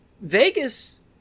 Vegas